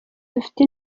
dufite